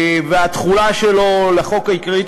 והתחילה לחוק העיקרי,